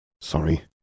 Sorry